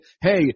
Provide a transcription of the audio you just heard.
hey